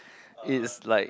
is like